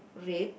red